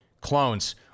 Clones